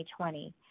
2020